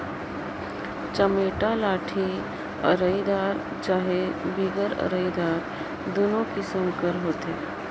चमेटा लाठी अरईदार चहे बिगर अरईदार दुनो किसिम कर होथे